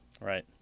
Right